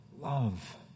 love